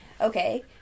okay